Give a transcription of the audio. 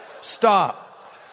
stop